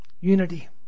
Unity